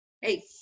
Hey